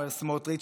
אומר סמוטריץ',